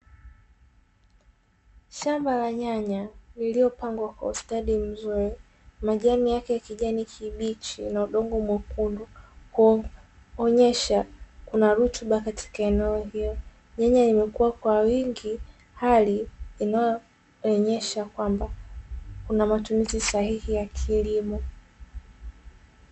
Shamba la nyanya lililopangwa kwa ustadi mzuri, majani yake ya kijani kibichi na udongo mwekundu huonesha kuna rutuba katika eneo hilo, nyanya nimekua kwa wingi hali inayoonesha kwamba kuna matumizi sahihi ya kilimo.